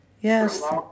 Yes